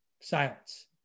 Silence